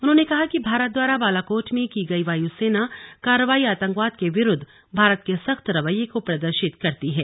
उन्होंने कहा कि भारत द्वारा बालाकोट में की गई वायुसेना कार्रवाई आतंकवाद के विरूद्व भारत के सख्त रवैये को प्रदर्शित करती है